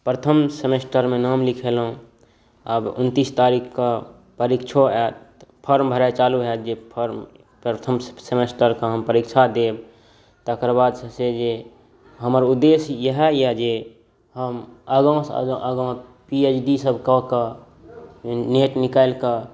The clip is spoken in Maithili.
प्रथम सेमेस्टरमे नाम लिखेलहुँ आब उनतिस तारीखके परीक्षो हैत फॉर्म भराइ चालु भऽ गेल फॉर्म प्रथम सेमेस्टरके हम परीक्षा देब तकर बाद जे छै से हमर उद्देश्य इएह अइ जे हम आगाँसँ आगाँ पी एच डी सब कऽ कऽ नेट निकालिकऽ